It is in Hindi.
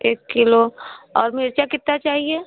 एक किलो और मिर्च कितना चाहिए